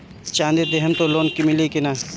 चाँदी देहम त लोन मिली की ना?